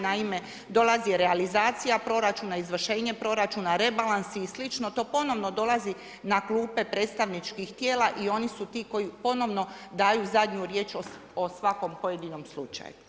Naime, dolazi realizacija proračuna, izvršenje proračuna, rebalans i slično to, ponovno dolazi na klupe predstavničkih tijela i oni su ti koji ponovno daju riječ o svakom pojedinom slučaju.